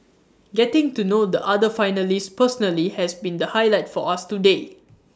getting to know the other finalists personally has been the highlight for us today